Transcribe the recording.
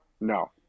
No